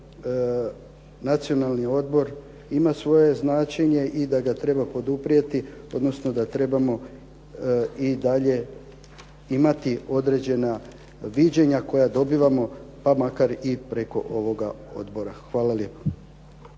ovaj Nacionalni odbor ima svoje značenje i da ga treba poduprijeti, odnosno da trebamo i dalje imati određena viđenja koja dobivamo pa makar i preko ovoga odbora. Hvala lijepa.